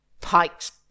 Pike's